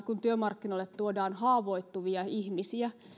kun työmarkkinoille tuodaan haavoittuvia ihmisiä